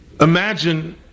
Imagine